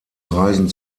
reisen